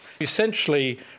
Essentially